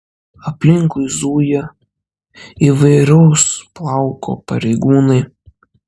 aplinkui zuja įvairaus plauko pareigūnai